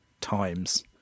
times